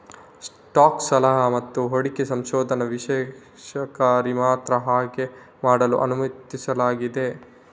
stock ಸಲಹಾ ಮತ್ತು ಹೂಡಿಕೆ ಸಂಶೋಧನಾ ವಿಶ್ಲೇಷಕರಿಗೆ ಮಾತ್ರ ಹಾಗೆ ಮಾಡಲು ಅನುಮತಿಸಲಾಗಿದೆ